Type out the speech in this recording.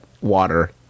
water